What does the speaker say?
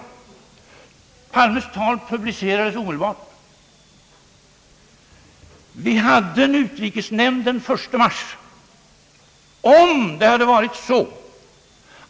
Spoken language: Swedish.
Statsrådet Palmes tal publicerades omedelbart. Utrikesnämnden sammanträdde den 1 mars.